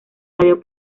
radio